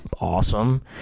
awesome